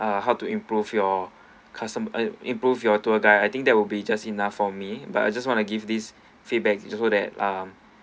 ah how to improve your customer ah improve your tour guide I think that will be just enough for me but I just want to give this feedback so that um